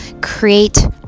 create